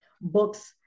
Books